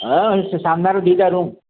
ହଁ ସେ ସାମ୍ନାର ଦୁଇଟା ରୁମ୍